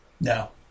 No